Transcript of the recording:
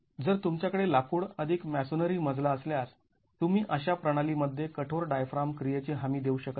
जर तुमच्याकडे लाकूड अधिक मॅसोनरी मजला असल्यास तुम्ही अशा प्रणाली मध्ये कठोर डायफ्राम क्रियेची हमी देऊ शकत नाही